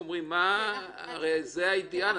הרי זה האידיאל.